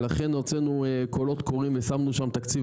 ולכן הוצאנו קולות קוראים ושמנו שם תקציב